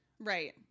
Right